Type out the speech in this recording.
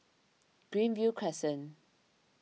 Greenview Crescent